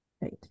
right